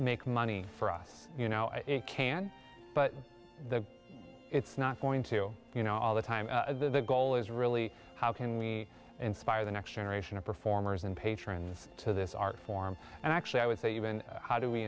make money for us you know it can but the it's not going to you know all the time the goal is really how can we inspire the next generation of performers and patrons to this art form and actually i would say even how do we